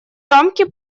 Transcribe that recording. рамки